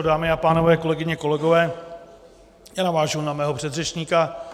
Dámy a pánové, kolegyně, kolegové, navážu na svého předřečníka.